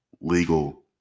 legal